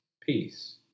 peace